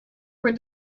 where